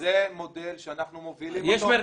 זה מודל שאנחנו מובילים אותו.